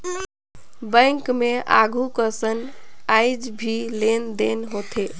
bank मे आघु कसन आयज भी लेन देन होथे